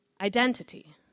identity